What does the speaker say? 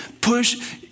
Push